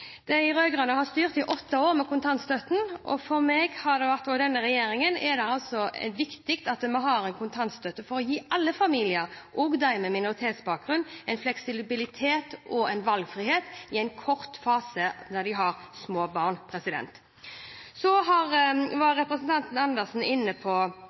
De rød-grønne har styrt i åtte år med kontantstøtte. For meg og regjeringen er det viktig at vi har en kontantstøtte, for å gi alle familier, også de med minoritetsbakgrunn, en fleksibilitet og en valgfrihet i en kort fase når de har små barn. Så var representanten Andersen inne på